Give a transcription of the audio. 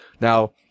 Now